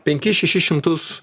penkis šešis šimtus